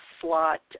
slot